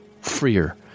Freer